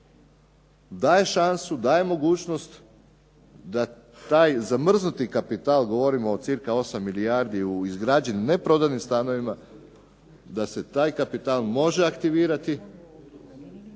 daje šansu, daje mogućnost da taj zamrznuti kapital, govorimo o cirka 8 milijardi u izgrađenim neprodanim stanovima da se taj kapital može aktivirati,